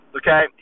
okay